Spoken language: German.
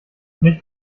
nicht